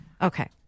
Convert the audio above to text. Okay